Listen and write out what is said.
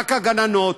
רק הגננות,